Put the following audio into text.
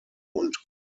und